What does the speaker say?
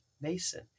Mason